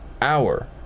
hour